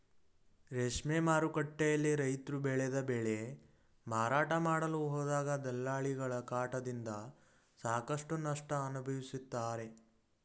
ರೇಷ್ಮೆ ಮಾರುಕಟ್ಟೆಯಲ್ಲಿ ರೈತ್ರು ಬೆಳೆದ ಬೆಳೆ ಮಾರಾಟ ಮಾಡಲು ಹೋದಾಗ ದಲ್ಲಾಳಿಗಳ ಕಾಟದಿಂದ ಸಾಕಷ್ಟು ನಷ್ಟ ಅನುಭವಿಸುತ್ತಾರೆ